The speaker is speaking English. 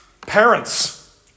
parents